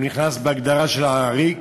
והוא נכנס בהגדרה של "עריק"